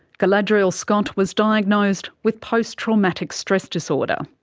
galadriel scott was diagnosed with post-traumatic stress disorder,